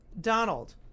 Donald